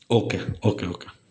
okay okay okay